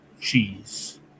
cheese